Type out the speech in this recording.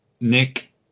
Nick